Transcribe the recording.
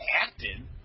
acted